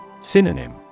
Synonym